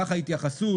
כך ההתייחסות.